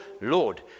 Lord